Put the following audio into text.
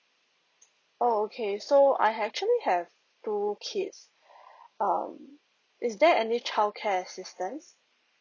oh okay so I actually have two kids um is there any childcare assistance